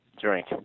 Drink